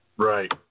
Right